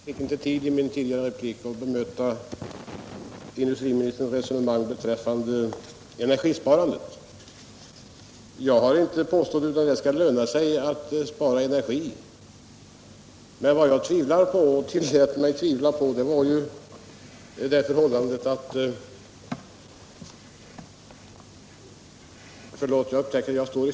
Herr talman! Jag fick i min tidigare replik inte tid att bemöta industriministerns resonemang om energisparandet. Jag har inte påstått annat än att det skulle löna sig att spara energi.